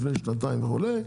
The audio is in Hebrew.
לפני שנתיים וכו',